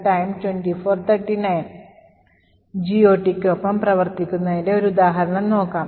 GOTനൊപ്പം പ്രവർത്തിക്കുന്നതിന്റെ ഒരു ഉദാഹരണം നോക്കാം